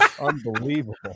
unbelievable